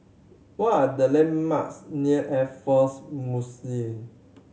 what are the landmarks near Air Force